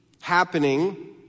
happening